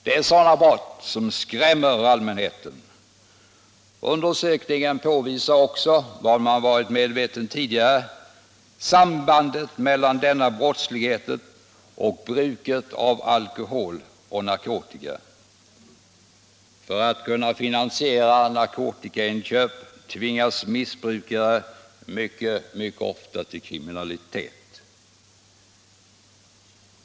Det är sådana brott som skrämmer allmänheten. Undersökningen påvisar också vad vi tidigare varit medvetna om, nämligen sambandet mellan denna brottslighet och bruket av alkohol och narkotika; för att kunna finansiera narkotikainköp tvingas missbrukare till kriminalitet.